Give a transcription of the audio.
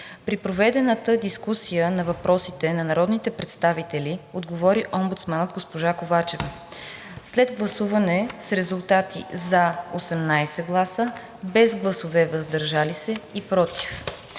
При проведената дискусия на въпросите на народните представители отговори омбудсманът госпожа Ковачева. След гласуване с резултати: „за“ – 18 гласа, без гласове „против“